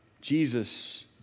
Jesus